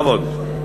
בכבוד.